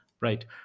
right